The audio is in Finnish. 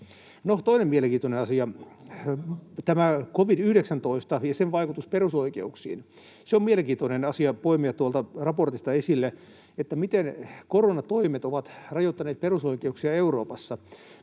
toinen mielenkiintoinen asia: covid-19 ja sen vaikutus perusoikeuksiin. On mielenkiintoinen asia poimia tuolta raportista esille, miten koronatoimet ovat rajoittaneet perusoikeuksia Euroopassa.